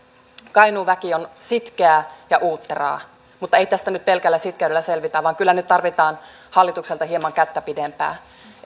kainuun väki on sitkeää ja uutteraa mutta ei tästä nyt pelkällä sitkeydellä selvitä vaan kyllä nyt tarvitaan hallitukselta hieman kättä pidempää